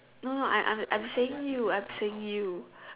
no no I'm I'm I'm saying you I'm saying you